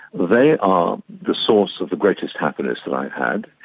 they are the source of the greatest happiness that i've had,